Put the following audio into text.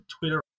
Twitter